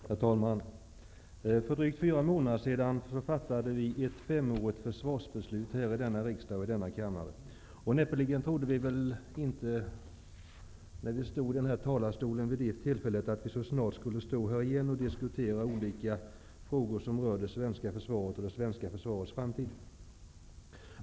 Herr talman! För drygt fyra månader sedan fattade vi i denna kammare ett femårigt försvarsbeslut. Vid det tillfället trodde vi näppeligen att det så snart skulle bli aktuellt att återigen diskutera frågor som rör det svenska försvaret och det svenska försvarets framtid.